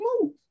move